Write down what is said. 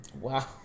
Wow